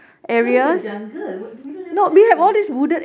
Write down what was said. mana kita ada jungle what we don't have any jungle